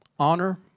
Honor